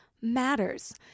matters